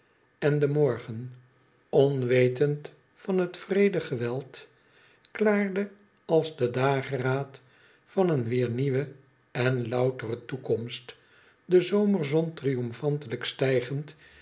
en de morgen onwetend van het wreede geweld klaarde als de dageraad van een weer nieuwe en loutere toekomst de zomerzon triomfantelijk stijgend